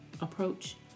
approach